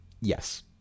Yes